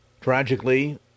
Tragically